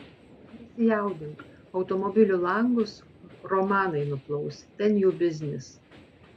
nesijaudink automobilių langus romanai nuplaus ten jų biznis